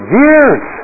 years